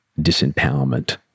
disempowerment